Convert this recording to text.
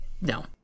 no